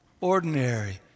ordinary